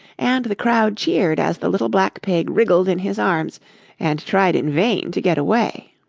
and the crowd cheered as the little black pig wriggled in his arms and tried in vain to get away.